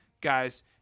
guys